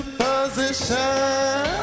position